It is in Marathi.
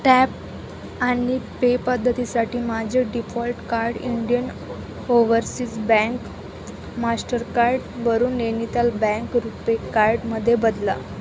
टॅप आणि पे पद्धतीसाठी माझे default card Indian Overseas bank माश्टरकार्डवरून नैनिताल बँक रुपे कार्डमध्ये बदला